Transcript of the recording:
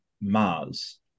Mars